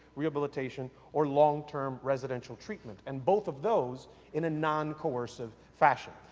rehabilitation, or long-term residential treatment. and both of those in a non-coercive fashion.